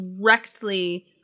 directly